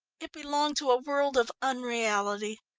it belonged to a world of unreality,